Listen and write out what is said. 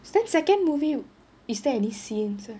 then second movie is there any scenes